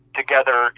together